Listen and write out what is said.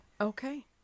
Okay